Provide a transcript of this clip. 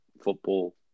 football